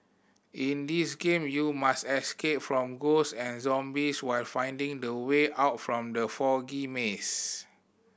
in this game you must escape from ghost and zombies while finding the way out from the foggy maze